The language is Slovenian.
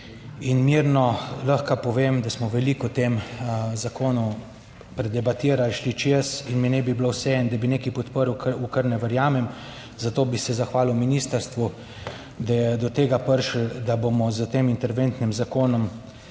in mirno lahko povem, da smo veliko o tem zakonu predebatirali, šli čez in mi ne bi bilo vseeno, da bi nekaj podprl, v kar ne verjamem. Zato bi se zahvalil ministrstvu, da je do tega prišlo, da bomo s tem interventnim zakonom